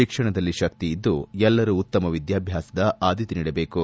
ಶಿಕ್ಷಣದಲ್ಲಿ ಶಕ್ತಿಯಿದ್ದು ಎಲ್ಲರೂ ಉತ್ತಮ ವಿದ್ಯಾಭ್ಯಾಸಕ್ಕೆ ಆದ್ಯತೆ ನೀಡಬೇಕು